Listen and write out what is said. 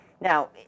now